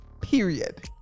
period